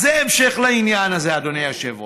אז זה המשך לעניין הזה, אדוני היושב-ראש.